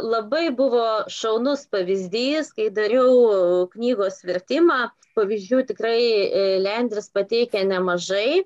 labai buvo šaunus pavyzdys kai dariau knygos vertimą pavyzdžių tikrai e lendris pateikia nemažai